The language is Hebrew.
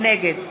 נגד